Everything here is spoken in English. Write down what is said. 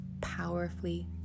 powerfully